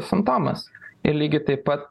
simptomas ir lygiai taip pat